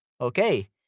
Okay